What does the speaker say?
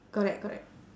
correct correct